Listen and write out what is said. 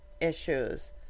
issues